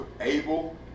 able